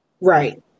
Right